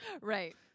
right